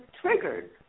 triggered